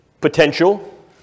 potential